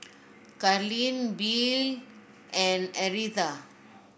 Carleen Billye and Aretha